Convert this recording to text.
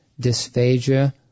dysphagia